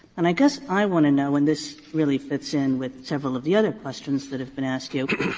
and i guess i want to know, and this really fits in with several of the other questions that have been asked here,